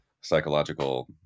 psychological